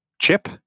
chip